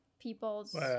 People's